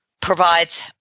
provides